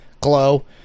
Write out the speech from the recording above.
glow